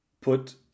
put